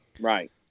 right